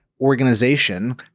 organization